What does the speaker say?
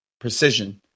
Precision